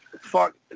fuck